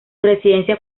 residencia